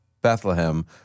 Bethlehem